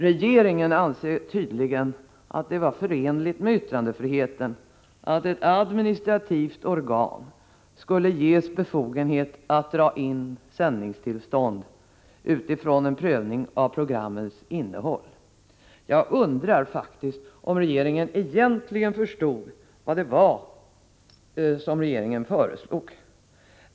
Regeringen anser tydligen att det var förenligt med yttrandefriheten att ett administrativt organ skulle ges befogenhet att dra in sändningstillstånd utifrån en prövning av programmens innehåll. Jag undrar faktiskt om regeringen egentligen förstod vad den föreslog.